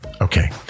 okay